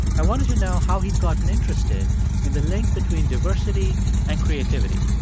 i wanted to know how he'd gotten interested in the link between diversity and creativity.